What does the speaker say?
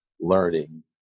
learning